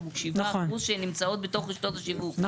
7% שנמצאות בתוך רשתות השיווק,